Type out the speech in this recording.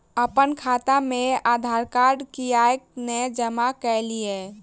अप्पन खाता मे आधारकार्ड कियाक नै जमा केलियै?